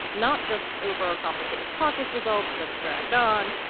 not just over a complicated caucus results that have dragged on,